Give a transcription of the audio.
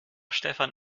stefan